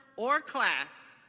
or class,